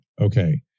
okay